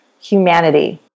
humanity